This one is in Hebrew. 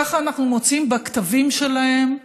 ככה אנחנו מוצאים בכתבים שלהם.